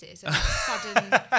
sudden